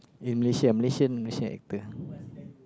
in Malaysia Malaysian national actor